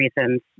reasons